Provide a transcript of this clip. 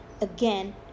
again